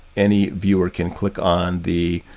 any viewer can click on the